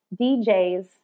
DJs